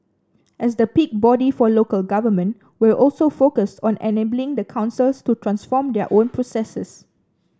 as the peak body for local government we're also focused on enabling the councils to transform their own processes